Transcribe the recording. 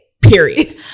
Period